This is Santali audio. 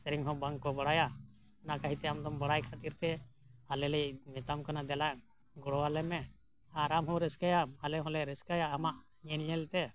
ᱥᱮᱨᱮᱧ ᱦᱚᱸ ᱵᱟᱝᱠᱚ ᱵᱟᱲᱟᱭᱟ ᱚᱱᱟ ᱠᱷᱟᱹᱛᱤᱨ ᱛᱮ ᱟᱢᱫᱚᱢ ᱵᱟᱲᱟᱭ ᱠᱷᱟᱹᱛᱤᱨᱛᱮ ᱟᱞᱮᱞᱮ ᱢᱮᱛᱟᱢ ᱠᱟᱱᱟ ᱫᱮᱞᱟ ᱜᱚᱲᱚᱣᱟᱞᱮᱢᱮ ᱟᱨ ᱟᱢᱦᱚᱸᱢ ᱨᱟᱹᱥᱠᱟᱹᱭᱟ ᱟᱞᱮ ᱦᱚᱸᱞᱮ ᱨᱟᱹᱥᱠᱟᱹᱭᱟ ᱟᱢᱟᱜ ᱧᱮᱞ ᱧᱮᱞᱛᱮ